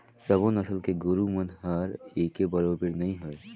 सबो नसल के गोरु मन हर एके बरोबेर नई होय